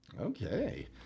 Okay